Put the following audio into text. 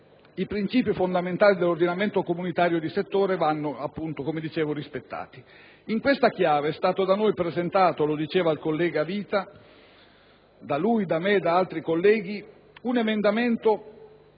i princìpi fondamentali dell'ordinamento comunitario di settore, vanno rispettati. In questa chiave è stato da noi presentato (lo ricordava il collega Vita: da lui, da me, da altri colleghi) un emendamento